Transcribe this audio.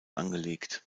angelegt